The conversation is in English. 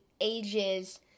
ages